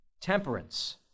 Temperance